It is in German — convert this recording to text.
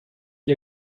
ihr